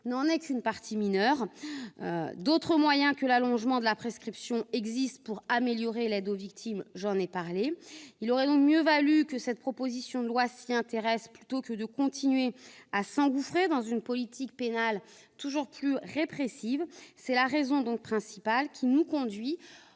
n'en est qu'une partie mineure -, d'autres moyens que l'allongement de la prescription existent pour améliorer l'aide aux victimes. Je les ai déjà évoqués. Cette proposition de loi aurait dû s'y intéresser plutôt que de s'engouffrer dans une politique pénale toujours plus répressive. C'est la raison principale qui nous conduit